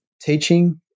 teaching